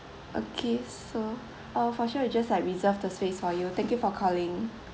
okay so oh for sure we just like reserved the space for you thank you for calling